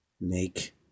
make